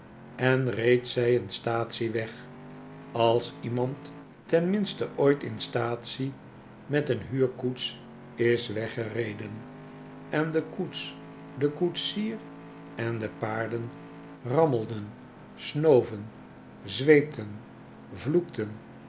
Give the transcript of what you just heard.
en reed zij in staatsie weg als iemand tenminste ooit in staatsie met een huurkoets is weggereden en de koets de koetsier en de paarden rammelden snoven zweepten vloekten